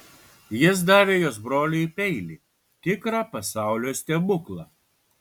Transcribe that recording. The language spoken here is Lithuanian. jis davė jos broliui peilį tikrą pasaulio stebuklą